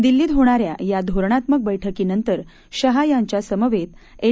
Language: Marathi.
दिल्लीत होणा या या धोरणात्मक बैठकीनंतर शहा यांच्या समवेत एन